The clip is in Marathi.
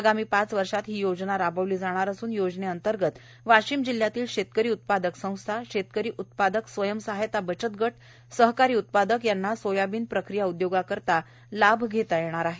आगामी पाच वर्षात ही योजना राबविली जाणार असून या योजनेंतर्गत वाशिम जिल्ह्यातील शेतकरी उत्पादक संस्था शेतकरी उत्पादक स्वयंसहाय्यता बचत गट सहकारी उत्पादक यांना सोयाबीन प्रक्रिया उद्योगाकरिता लाभ घेता येणार आहे